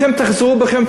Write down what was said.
אתם תחזרו בכם,